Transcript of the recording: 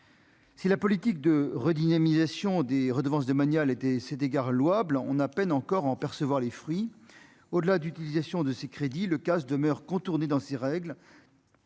Si la politique de redynamisation des redevances domaniales était cet égard louable, on a peine encore en percevoir les fruits au-delà d'utilisation de ces crédits le casse-demeure contourner dans ces règles,